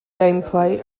gameplay